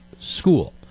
school